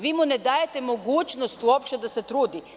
Vi mu ne dajete mogućnost uopšte da se trudi.